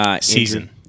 Season